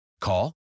Call